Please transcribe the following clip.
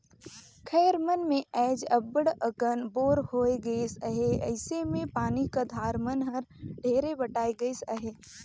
खाएर मन मे आएज अब्बड़ अकन बोर होए गइस अहे अइसे मे पानी का धार मन हर ढेरे बटाए गइस अहे